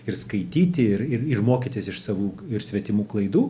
ir skaityti ir ir ir mokytis iš savų ir svetimų klaidų